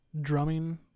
drumming